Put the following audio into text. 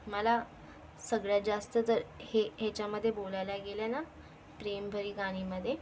मला सगळ्यात जास्त जर हे ह्याच्यामध्ये बोलायला गेलं ना प्रेमभरी गाणीमध्ये